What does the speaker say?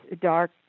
dark